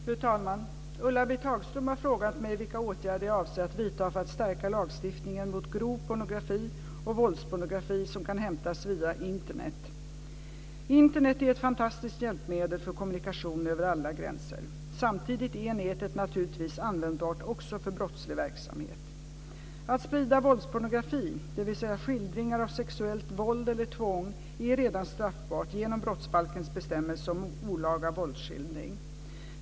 Fru talman! Ulla-Britt Hagström har frågat mig vilka åtgärder jag avser att vidta för att stärka lagstiftningen mot grov pornografi och våldspornografi som kan hämtas via Internet. Internet är ett fantastiskt hjälpmedel för kommunikation över alla gränser. Samtidigt är nätet naturligtvis användbart också för brottslig verksamhet. Att sprida våldspornografi, dvs. skildringar av sexuellt våld eller tvång, är redan straffbart genom brottsbalkens bestämmelse om olaga våldsskildring.